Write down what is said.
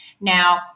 Now